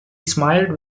smiled